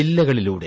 ജില്ലകളിലൂടെ